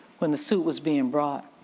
when the suit was being brought,